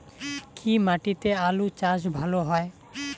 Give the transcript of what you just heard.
কি মাটিতে আলু চাষ ভালো হয়?